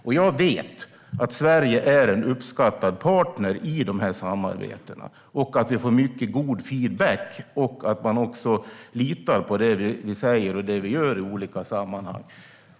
Och jag vet att Sverige är en uppskattad partner i de samarbetena, att vi får mycket god feedback och att man också litar på det vi säger och gör i olika sammanhang.